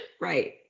right